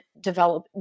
develop